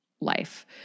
life